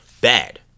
Bad